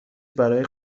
برای